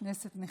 כנסת נכבדה,